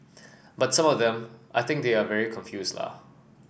but some of them I think they are very confuse la